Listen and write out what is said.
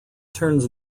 turns